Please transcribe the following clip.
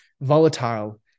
volatile